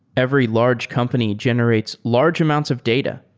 every large company generates large amounts of data.